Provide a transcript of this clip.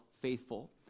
faithful